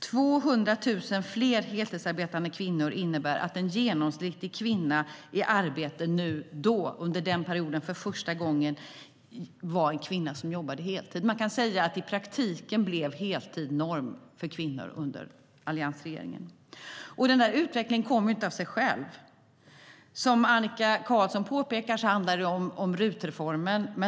200 000 fler heltidsarbetande kvinnor innebar att en genomsnittlig kvinna i arbete under den perioden för första gången var en kvinna som jobbade heltid. Man kan säga att i praktiken blev heltid norm för kvinnor under alliansregeringen. Den utvecklingen kom inte av sig själv. Som Annika Qarlsson påpekade handlar det om RUT-reformen.